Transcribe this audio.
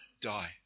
die